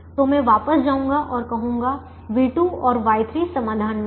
तो मैं वापस जाऊँगा और कहूँगा v2 और Y2 समाधान में हैं